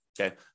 okay